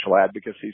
advocacy